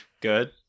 Good